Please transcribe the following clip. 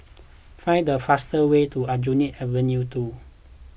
find the faster way to Aljunied Avenue two